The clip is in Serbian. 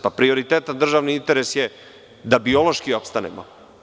Prioritetan državni interes je da biološki opstanemo.